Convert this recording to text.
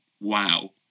wow